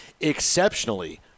Exceptionally